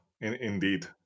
indeed